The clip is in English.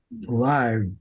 live